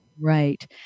Right